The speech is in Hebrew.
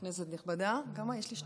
כנסת נכבדה, כמה יש לי?